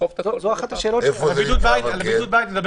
דחוף את הכול --- על בידוד בית נדבר